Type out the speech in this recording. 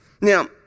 Now